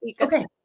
Okay